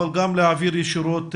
אבל גם להעביר ישירות,